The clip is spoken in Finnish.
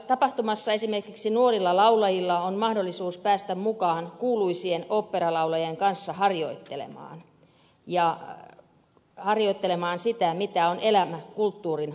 tapahtumassa esimerkiksi nuorilla laulajilla on mahdollisuus päästä mukaan kuuluisien oopperalaulajien kanssa harjoittelemaan sitä mitä on elämä kulttuurin parissa